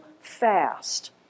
fast